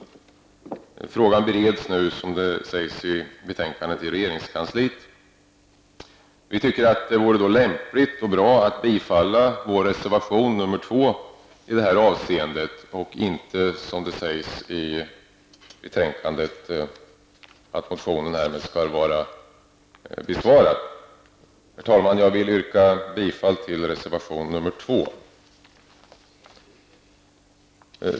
Frågan bereds nu, som det står i betänkandet, i regeringskansliet. Vi tycker att det vore lämpligt och bra att bifalla vår reservation nr 2 i detta avseende och inte säga som man gör i betänkandet att motionen därmed skulle vara besvarad. Herr talman! Jag vill yrka bifall till reservation nr 2.